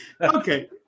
okay